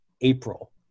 April